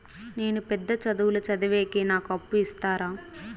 నేను పెద్ద చదువులు చదివేకి నాకు అప్పు ఇస్తారా